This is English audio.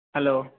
hello